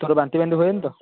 ତୋର ବାନ୍ତିଫାନ୍ତି ହୁଏନି ତ